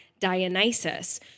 Dionysus